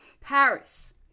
Paris